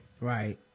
Right